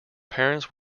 parents